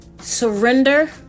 surrender